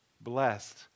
blessed